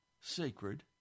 sacred